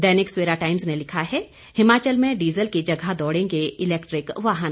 दैनिक Savera Times ने लिखा है हिमाचल में डीजल की जगह दौड़ेंगे इलैक्ट्रिक वाहन